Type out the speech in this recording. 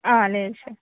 ఆ లేదు సార్